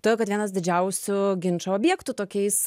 todėl kad vienas didžiausių ginčų objektų tokiais